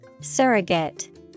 Surrogate